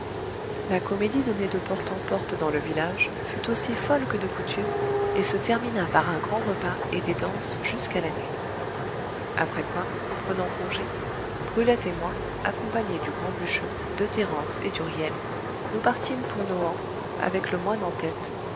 la comédie donnée de porte en porte dans le village fut aussi folle que de coutume et se termina par un grand repas et des danses jusqu'à la nuit après quoi prenant congé brulette et moi accompagnés du grand bûcheux de thérence et d'huriel nous partîmes pour nohant avec le moine en tête